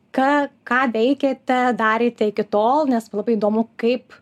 ką ką veikėte darėte iki tol nes labai įdomu kaip